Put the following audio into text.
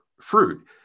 fruit